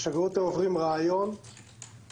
בשגרירות הם עוברים ראיון לוויזה.